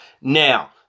Now